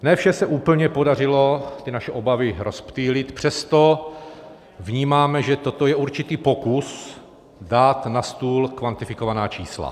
Ne vše se úplně podařilo ty naše obavy rozptýlit, přesto vnímáme, že toto je určitý pokus dát na stůl kvantifikovaná čísla.